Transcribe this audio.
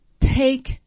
take